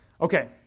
Okay